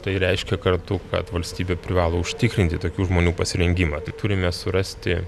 tai reiškia kartu kad valstybė privalo užtikrinti tokių žmonių pasirengimą tai turime surasti